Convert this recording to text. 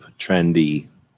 trendy